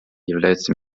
является